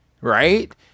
Right